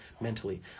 mentally